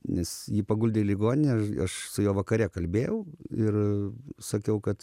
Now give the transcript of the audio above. nes jį paguldė į ligoninę aš aš su juo vakare kalbėjau ir sakiau kad